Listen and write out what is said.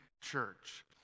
Church